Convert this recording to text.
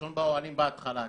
לישון באוהלים בהתחלה,